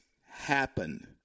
happen